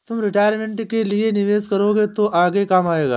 तुम रिटायरमेंट के लिए निवेश करोगे तो आगे काम आएगा